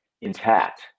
intact